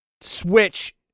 Switch